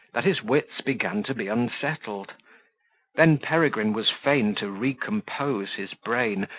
that his wits began to be unsettled then peregrine was fain to recompose his brain,